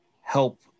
help